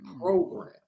program